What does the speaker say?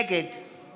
נגד